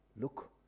look